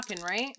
right